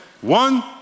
one